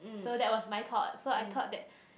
so that was my thought so I thought that